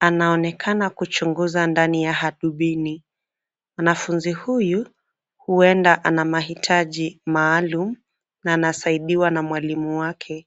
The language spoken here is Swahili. anaonekana kuchunguza ndani ya hadubini. Mwanafunzi huyu huenda ana mahitaji maalum na anasaidiwa na mwalimu wake.